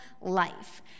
life